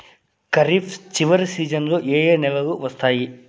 ఖరీఫ్ చివరి సీజన్లలో ఏ ఏ నెలలు వస్తాయి